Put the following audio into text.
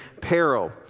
peril